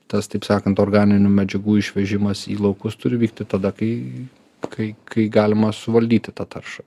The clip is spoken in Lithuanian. tas taip sakant organinių medžiagų išvežimas į laukus turi vykti tada kai kai kai galima suvaldyti tą taršą